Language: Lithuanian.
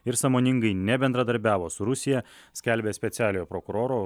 ir sąmoningai nebendradarbiavo su rusija skelbia specialiojo prokuroro